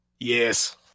Yes